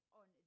on